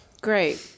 Great